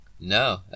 no